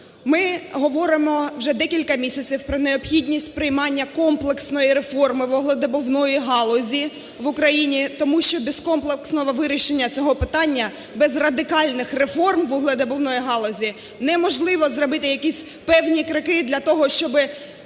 Ми говоримо вже декілька місяців про необхідність приймання комплексної реформи вугледобувної галузі в Україні, тому що без комплексного вирішення цього питання, без радикальних реформ вугледобувної галузі неможливо зробити якісь певні кроки для того, щоби